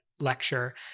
lecture